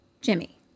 Jimmy